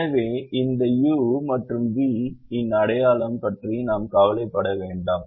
எனவே இந்த u மற்றும் v இன் அடையாளம் பற்றி நாம் கவலைப்பட வேண்டாம்